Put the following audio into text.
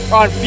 on